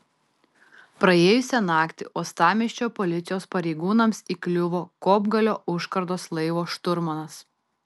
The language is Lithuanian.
praėjusią naktį uostamiesčio policijos pareigūnams įkliuvo kopgalio užkardos laivo šturmanas